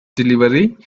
delivery